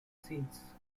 scenes